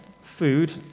food